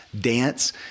dance